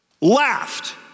laughed